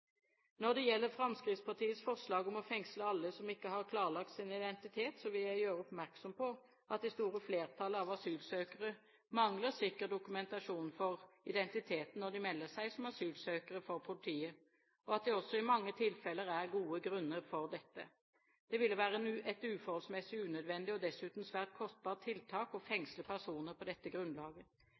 Når det gjelder Fremskrittspartiets forslag om å fengsle alle som ikke har klarlagt sin identitet, vil jeg gjøre oppmerksom på at det store flertallet av asylsøkere mangler sikker dokumentasjon for identiteten når de melder seg som asylsøkere for politiet, og at det også i mange tilfeller er gode grunner for dette. Det ville være et uforholdsmessig unødvendig og dessuten svært kostbart tiltak å fengsle personer på dette grunnlaget.